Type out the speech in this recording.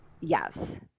Yes